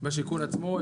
בשיכון עצמו.